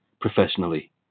professionally